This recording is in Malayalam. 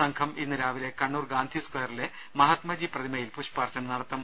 സംഘം ഇന്ന് രാവിലെ കണ്ണൂർ ഗാന്ധി സ്ക്വയറിലെ മഹാത്മജി പ്രതിമയിൽ പുഷ്പാർച്ചന നടത്തും